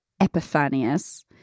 Epiphanius